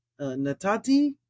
Natati